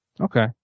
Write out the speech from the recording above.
okay